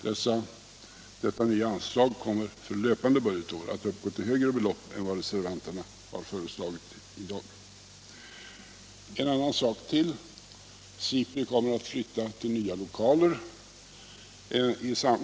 Detta nya anslag kommer för löpande budgetår att uppgå till högre belopp än vad reservanterna föreslagit i dagens ärende. Ytterligare en annan sak: SIPRI kommer att flytta till nya lokaler.